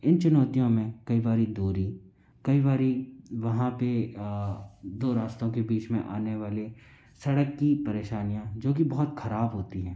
इन चुनौतियों में कई बारी दूरी कई बारी वहाँ पे दो रास्तों के बीच में आने वाले सड़क की परेशानियाँ जो कि बहुत खराब होती हैं